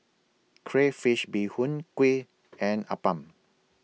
Crayfish Beehoon Kuih and Appam